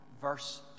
verse